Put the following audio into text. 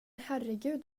herregud